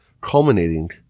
Culminating